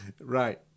right